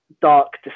dark